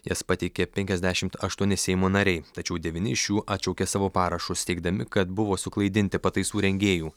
jas pateikė penkiasdešimt aštuoni seimo nariai tačiau devyni iš jų atšaukė savo parašus teigdami kad buvo suklaidinti pataisų rengėjų